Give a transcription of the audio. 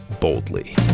boldly